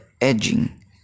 edging